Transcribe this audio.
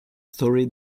story